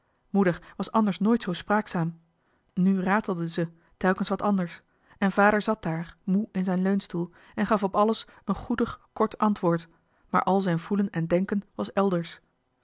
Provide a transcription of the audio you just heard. moeder was anders nooit zoo spraakzaam nu ratelde ze telkens wat anders en vader zat daar moe in zijn leunstoel en gaf op alles een goedig kort antwoord maar al zijn voelen en denken was elders